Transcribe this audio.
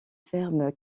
ferme